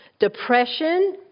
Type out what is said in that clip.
Depression